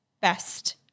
best